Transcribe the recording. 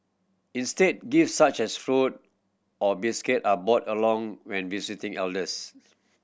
instead gifts such as fruit or biscuit are brought along when visiting elders